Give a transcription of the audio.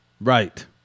Right